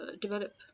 develop